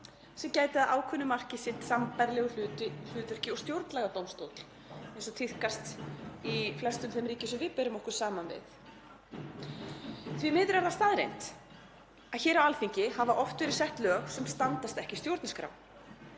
sem gæti að ákveðnu marki sinnt sambærilegu hlutverki og stjórnlagadómstóll, eins og tíðkast í flestum þeim ríkjum sem við berum okkur saman við. Því miður er það staðreynd að hér á Alþingi hafa oft verið sett lög sem standast ekki stjórnarskrá,